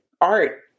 art